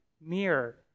mirror